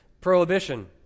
prohibition